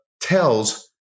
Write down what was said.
tells